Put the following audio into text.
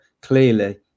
clearly